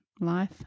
life